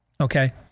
okay